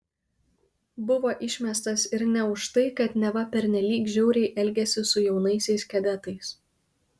buvo išmestas ir ne už tai kad neva pernelyg žiauriai elgėsi su jaunaisiais kadetais